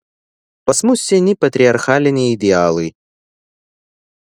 pas mus seni patriarchaliniai idealai